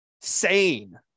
sane